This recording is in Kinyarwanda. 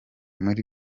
muri